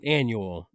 annual